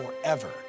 forever